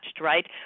right